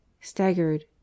staggered